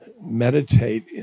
meditate